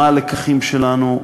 מה הלקחים שלנו וכדומה.